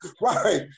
right